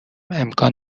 امکان